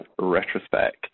retrospect